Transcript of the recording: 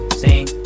sing